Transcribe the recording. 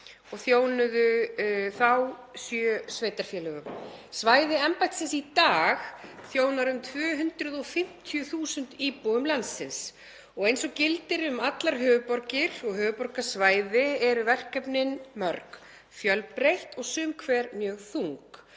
og þjónuðu sjö sveitarfélögum. Svæði embættisins í dag þjónar um 250.000 íbúum landsins og eins og gildir um allar höfuðborgir og höfuðborgarsvæði eru verkefnin mörg fjölbreytt og sum hver mjög þung.